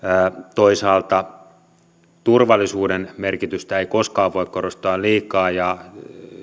toisaalta turvallisuuden merkitystä ei koskaan voi korostaa liikaa ja